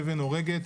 אבן הורגת,